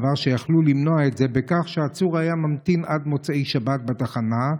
דבר שיכלו למנוע בכך שהעצור היה ממתין עד מוצאי שבת בתחנה,